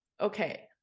Okay